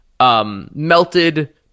Melted